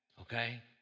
Okay